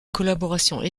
collaboration